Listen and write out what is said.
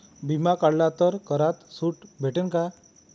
बिमा काढला तर करात सूट भेटन काय?